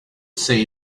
say